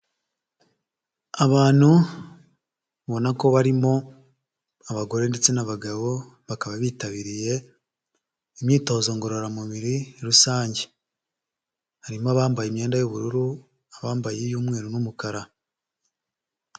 Abantu ubona ko barimo abagore ndetse n'abagabo bakaba bitabiriye imyitozo ngororamubiri rusange. Harimo abambaye imyenda y'ubururu n'abambaye iy'umweru n'umukara.